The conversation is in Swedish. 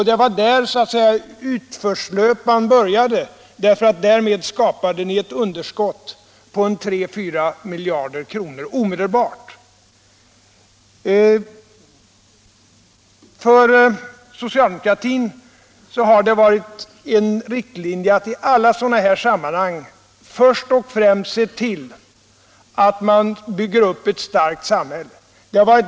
Det var så att säga där som utförslöpan började, för därmed skapade ni omedelbart ett underskott på tre — fyra miljarder kronor. För socialdemokratin har det varit en riktlinje att i alla sådana här sammanhang först och främst se till att man bygger upp ett starkt samhälle.